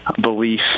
belief